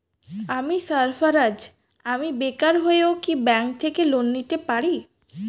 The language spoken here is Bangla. আমি সার্ফারাজ, আমি বেকার হয়েও কি ব্যঙ্ক থেকে লোন নিতে পারি?